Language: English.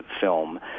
film